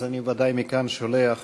אז אני מכאן שולח